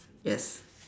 yes